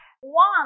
one